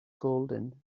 golden